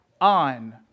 on